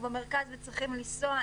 וצריכים לנסוע.